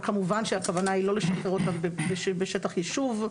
אבל כמובן שהכוונה היא לא לשחרר אותם בשטח ישוב,